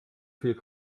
viel